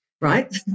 right